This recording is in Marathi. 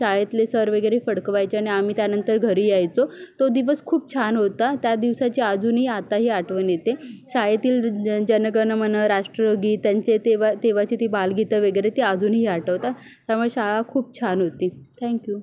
शाळेतले सर वगैरे फडकवायचे आणि आम्ही त्यानंतर घरी यायचो तो दिवस खूप छान होता त्या दिवसाची अजूनही आत्ताही आठवण येते शाळेतील जण गण मण राष्ट्रगीत त्यांचे तेव्हा तेव्हाची ती बालगीतं वगैरे ते अजूनही आठवतात त्यामुळं शाळा खूप छान होती थँक्यू